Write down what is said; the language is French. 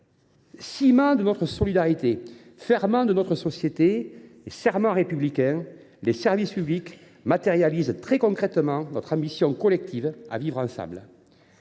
Ciment de notre solidarité, ferment de notre société et serment républicain, le service public matérialise très concrètement notre ambition collective à vivre ensemble.